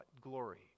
glory